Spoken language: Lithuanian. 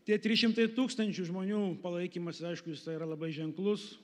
tie trys šimtai tūkstančių žmonių palaikymas aišku jisai yra labai ženklus